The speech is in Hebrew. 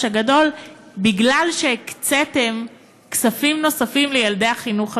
הגדול מפני שהקציתם כספים נוספים לילדי החינוך המיוחד.